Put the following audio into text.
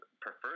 prefer